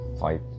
fight